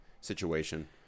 situation